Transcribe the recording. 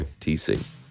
TC